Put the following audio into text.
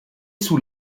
sous